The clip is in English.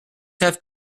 have